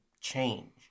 change